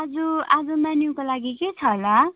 आज आज मेन्यूको लागि के छ होला